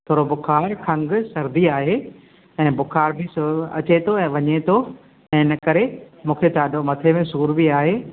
थोरो बुखारु खंघि सर्दी आहे ऐं बुखार बि थोरो अचे थो ऐं वञे थो ऐं हिन करे मूंखे ॾाढो मथे में सूर बि आहे